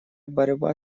борьба